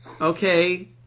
Okay